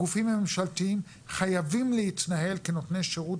הגופים הממשלתיים חייבים להתנהל כנותני שירות